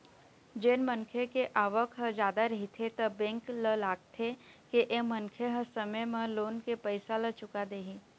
जेन मनखे के आवक ह जादा रहिथे त बेंक ल लागथे के ए मनखे ह समे म लोन के पइसा ल चुका देही